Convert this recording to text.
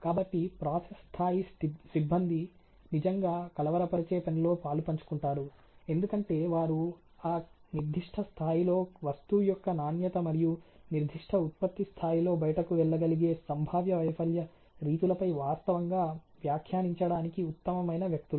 కాబట్టి ప్రాసెస్ స్థాయి సిబ్బంది నిజంగా కలవరపరిచే పనిలో పాలుపంచుకుంటారు ఎందుకంటే వారు ఆ నిర్దిష్ట స్థాయిలో వస్తువు యొక్క నాణ్యత మరియు నిర్దిష్ట ఉత్పత్తి స్థాయిలో బయటకు వెళ్ళగలిగే సంభావ్య వైఫల్య రీతులపై వాస్తవంగా వ్యాఖ్యానించడానికి ఉత్తమమైన వ్యక్తులు